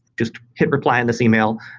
just hit reply on this email.